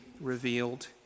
revealed